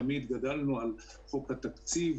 תמיד גדלנו על חוק התקציב,